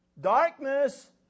Darkness